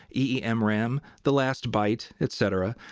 eemram, the last byte, etc.